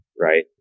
right